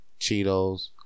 Cheetos